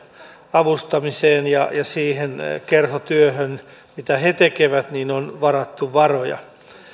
avustamiseen ja siihen kerhotyöhön mitä he tekevät on varattu varoja